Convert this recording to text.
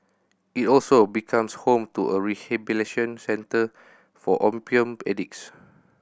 it also becomes home to a rehabilitation centre for opium addicts